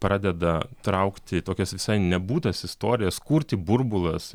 pradeda traukti tokias visai nebūtas istorijas kurti burbulas